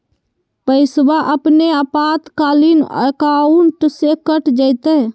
पैस्वा अपने आपातकालीन अकाउंटबा से कट जयते?